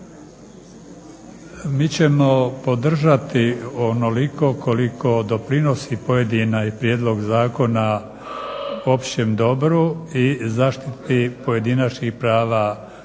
Mi ćemo podržati onoliko koliko doprinosi pojedini prijedlog zakona općem dobru i zaštitu pojedinačnih prava pojedinca,